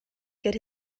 get